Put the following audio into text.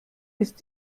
ist